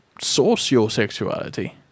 socio-sexuality